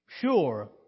sure